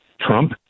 Trump